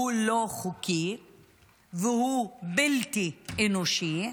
הוא לא חוקי והוא בלתי אנושי.